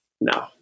No